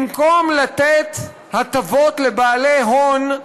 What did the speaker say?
במקום לתת הטבות לבעלי הון,